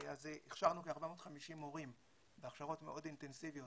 הכשרנו כ-450 מורים בהכשרות מאוד אינטנסיביות